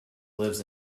lives